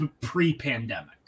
pre-pandemic